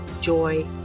joy